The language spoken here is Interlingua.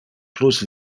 plus